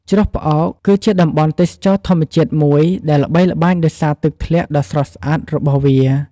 ជ្រោះផ្អោក គឺជាតំបន់ទេសចរណ៍ធម្មជាតិមួយដែលល្បីល្បាញដោយសារទឹកធ្លាក់ដ៏ស្រស់ស្អាតរបស់វា។